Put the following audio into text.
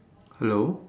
hello